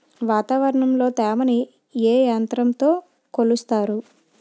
వాతావరణంలో తేమని ఏ యంత్రంతో కొలుస్తారు?